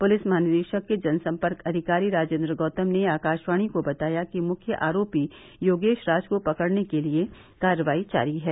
police महानिदेशक के जनसंपर्क अधिकारी राजेन्द्र गौतम ने आकाशवाणी को बताया कि मुख्य आरोपी योगेश राज को पकड़ने के लिए कार्रवाई जारी है